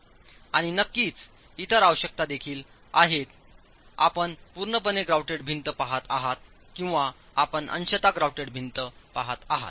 आणि नक्कीच इतरआवश्यकता देखील आहेतआपण पूर्णपणे ग्राउटेड भिंत पहात आहात किंवा आपण अंशतः ग्राउटेड भिंत पहात आहात